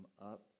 up